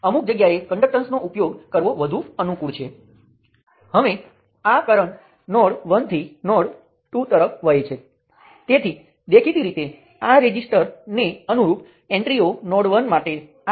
હવે આ મેશ વિશ્લેષણ તે વિસંગતતાને દૂર કરે છે તે માત્ર અનુકૂળતા માટે છે સામાન્ય રીતે આપણે કોઈપણ સર્કિટ માટે લૂપ વિશ્લેષણ કરી શકીએ છીએ